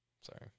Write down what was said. Sorry